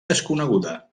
desconeguda